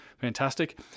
fantastic